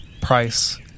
Price